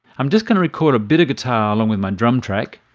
i'm just gonna record a bit of guitar along with my drum track.